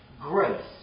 grace